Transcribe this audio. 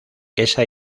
esa